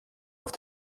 auf